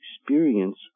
experience